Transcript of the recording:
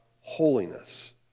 holiness